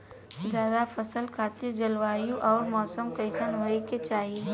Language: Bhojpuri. जायद फसल खातिर जलवायु अउर मौसम कइसन होवे के चाही?